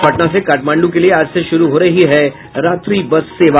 और पटना से काठमांडू के लिये आज से शुरू हो रही है रात्रि बस सेवा